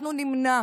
אנחנו נמנע